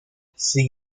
sin